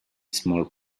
small